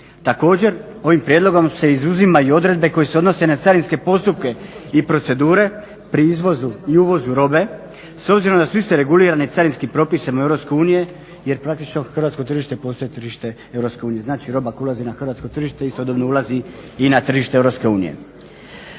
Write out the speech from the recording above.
Također, ovim prijedlogom se izuzimaju i odredbe koje se odnose na carinske postupke i procedure pri izvozu i uvozu robe s obzirom da su iste regulirane carinskim propisom EU jer praktično hrvatsko tržište postaje tržište EU. Znači, roba koja ulazi na hrvatsko tržište istodobno ulazi i na tržište EU.